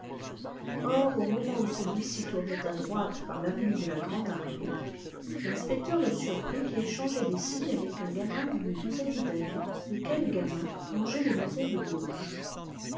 or au moment où celui-ci tournait à droite par l'avenue de la grande-armée l'inspecteur le surprit qui échangeait des signes avec un gamin d'une douzaine d'années lequel gamin longeait les maisons de gauche